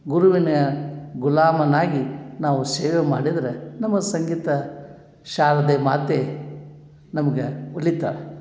ಗುರುವಿನ ಗುಲಾಮನಾಗಿ ನಾವು ಸೇವೆ ಮಾಡಿದ್ರೆ ನಮ್ಮ ಸಂಗೀತ ಶಾರದೆ ಮಾತೆ ನಮಗೆ ಒಲಿತಾಳೆ